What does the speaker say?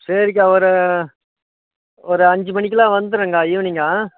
சரிக்கா ஒரு ஒரு அஞ்சு மணிக்கெலாம் வந்துடுறங்க்கா ஈவினிங்கா